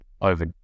over